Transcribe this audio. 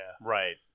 Right